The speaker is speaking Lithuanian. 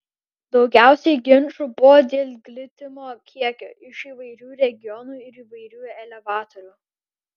daugiausiai ginčų buvo dėl glitimo kiekio iš įvairių regionų ir įvairių elevatorių